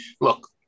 look